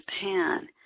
Japan